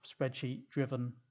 spreadsheet-driven